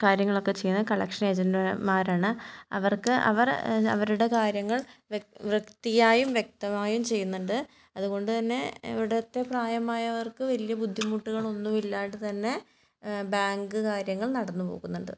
കാര്യങ്ങളൊക്കെ ചെയ്യുന്ന കളക്ഷൻ ഏജൻറ്മാരാണ് അവർക്ക് അവർ അവരുടെ കാര്യങ്ങൾ വൃത്തിയായും വ്യക്തമായും ചെയ്യുന്നുണ്ട് അതുകൊണ്ടുതന്നെ ഇവിടുത്തെ പ്രായമായവർക്ക് വലിയ ബുദ്ധിമുട്ടുകൾ ഒന്നും ഇല്ലാതെ തന്നെ ബാങ്ക് കാര്യങ്ങൾ നടന്നു പോകുന്നുണ്ട്